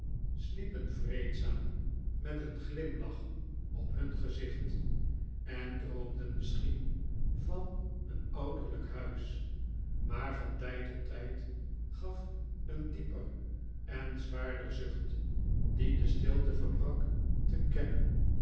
sliepen vreedzaam met een glimlach op hun gezicht en droomden misschien van een ouderlijk huis maar van tijd tot tijd gaf een dieper en zwaarder zucht die de stilte verbrak te kennen